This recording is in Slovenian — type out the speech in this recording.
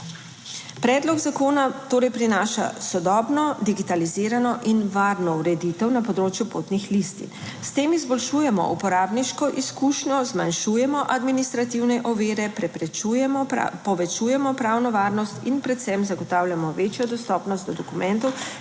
Predlog zakona torej prinaša sodobno, digitalizirano in varno ureditev na področju potnih listin. S tem izboljšujemo uporabniško izkušnjo, zmanjšujemo administrativne ovire, povečujemo pravno varnost in predvsem zagotavljamo večjo dostopnost do dokumentov,